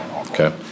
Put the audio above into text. Okay